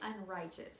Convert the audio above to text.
unrighteous